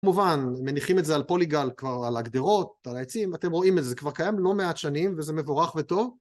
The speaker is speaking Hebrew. כמובן, מניחים את זה על פוליגל כבר על הגדרות, על העצים, אתם רואים את זה, זה כבר קיים לא מעט שנים, וזה מבורך וטוב.